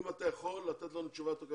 אם אתה יכול לתת לנו תשובה גם